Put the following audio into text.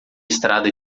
estrada